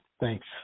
Thanks